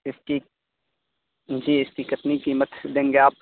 اس کی جی اس کی کتنی قیمت دیں گے آپ